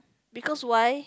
because why